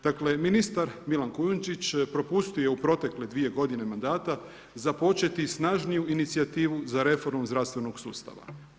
Dakle, ministar Milan Kujundžić propustio je u protekle 2 g. mandata započeti snažniju inicijativu za reformu zdravstvenog sustava.